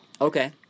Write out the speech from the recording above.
Okay